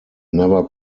never